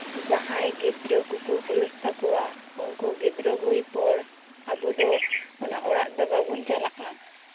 ᱡᱟᱦᱟᱭ ᱜᱤᱫᱽᱨᱟᱹ ᱠᱚᱠᱚ ᱦᱩᱭᱩᱜ ᱛᱟᱠᱚᱣᱟ ᱩᱱᱠᱩ ᱜᱤᱫᱽᱨᱟᱹ ᱦᱩᱭ ᱯᱚᱨ ᱟᱵᱚᱫᱚ ᱚᱱᱟ ᱚᱲᱟᱜ ᱫᱚ ᱵᱟᱵᱚᱱ ᱪᱟᱞᱟᱜᱼᱟ